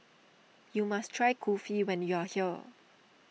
you must try Kulfi when you are here